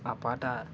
ఆ పాట